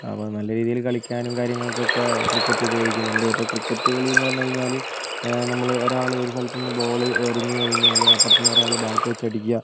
അപ്പോൾ നല്ല രീതിയിൽ കളിക്കാനും കാര്യങ്ങൾക്കൊക്കെ ക്രിക്കറ്റ് ഉപയോഗിക്കുന്നുണ്ട് അപ്പോൾ ക്രിക്കറ്റ് കളി എന്ന് പറഞ്ഞു കഴിഞ്ഞാൽ നമ്മൾ ഒരാൾ ഒരു സ്ഥലത്ത് നിന്നും ബോൾ എറിഞ്ഞു കഴിഞ്ഞാൽ അപ്പുറതെന്ന് ഒരാൾ ബാറ്റ് വെച്ച് അടിക്കുക